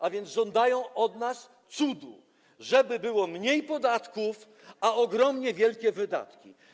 A więc żądają od nas cudu, żeby było mniej podatków, a ogromnie wielkie wydatki.